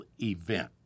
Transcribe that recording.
event